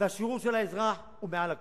והשירות לאזרח הם מעל הכול.